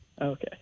okay